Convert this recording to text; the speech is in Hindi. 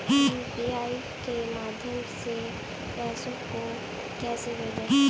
यू.पी.आई के माध्यम से पैसे को कैसे भेजें?